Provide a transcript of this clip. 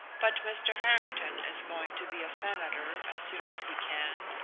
but mr. harrington is going to be a senator as soon as he can,